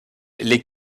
les